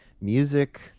music